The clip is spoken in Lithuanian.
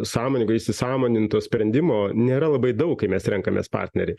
sąmoningai įsisąmoninto sprendimo nėra labai daug kai mes renkamės partnerį